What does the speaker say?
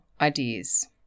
ideas